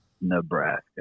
Nebraska